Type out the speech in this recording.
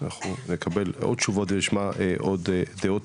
נקבל עוד תשובות ונשמע עוד דעות.